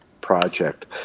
project